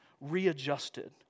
readjusted